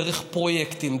דרך פרויקטים,